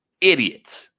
idiots